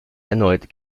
erneut